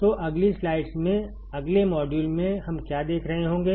तो अगली स्लाइड्स में अगले मॉड्यूल में हम क्या देख रहे होंगे